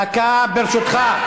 שידבר, דקה, ברשותך.